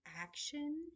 action